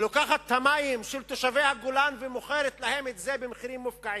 היא לוקחת את המים של תושבי הגולן ומוכרת להם את זה במחירים מופקעים,